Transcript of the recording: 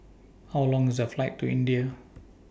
How Long IS The Flight to India